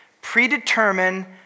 predetermine